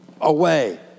away